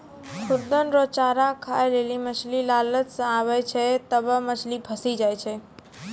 खुद्दन रो चारा खाय लेली मछली लालच से आबै छै तबै मछली फंसी जाय छै